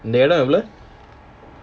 இந்தஇடம்எவ்ளோ:indha idam evlo